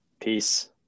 Peace